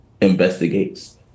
investigates